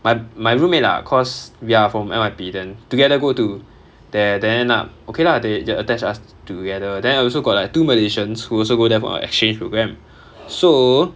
my my roommate ah cause we are from N_Y_P then together go to there then ah okay lah the~ they attach us together then also got like two malaysians who also go there for a exchange program so